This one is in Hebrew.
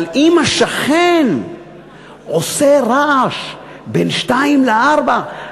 אבל אם השכן עושה רעש בין 14:00 ל-16:00,